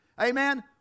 amen